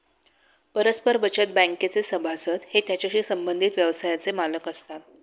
परस्पर बचत बँकेचे सभासद हे त्याच्याशी संबंधित व्यवसायाचे मालक असतात